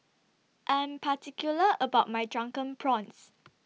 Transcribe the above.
I'm particular about My Drunken Prawns